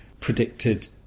predicted